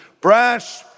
Brash